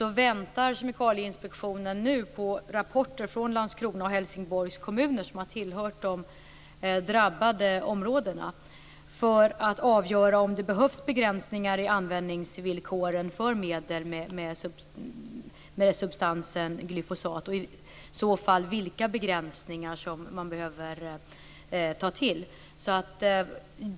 väntar Kemikalieinspektionen nu på rapporter från Landskrona och Helsingborgs kommun, som har tillhört de drabbade områdena, för att avgöra om det behövs begränsningar i användningsvillkoren för medel med substansen glyfosat, och i så fall vilka begränsningar man behöver ta till.